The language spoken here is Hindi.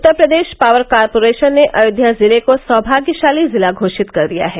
उत्तर प्रदेश पावर कार्पोरेशन ने अयोध्या जिले को सौमाग्यशाली जिला घोषित कर दिया है